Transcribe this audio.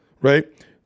right